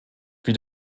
wie